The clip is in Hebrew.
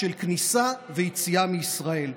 שזה עוד כמה ימים, והוארך עד 6 ביולי,